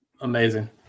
amazing